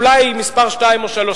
אולי מספר שתיים או שלוש,